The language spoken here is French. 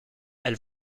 elle